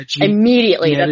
immediately